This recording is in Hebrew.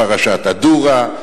על פרשת א-דורה,